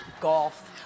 golf